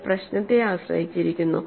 അത് പ്രശ്നത്തെ ആശ്രയിച്ചിരിക്കുന്നു